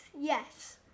Yes